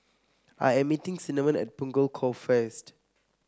I am meeting Cinnamon at Punggol Cove first